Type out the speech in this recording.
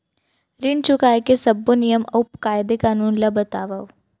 ऋण चुकाए के सब्बो नियम अऊ कायदे कानून ला बतावव